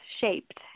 shaped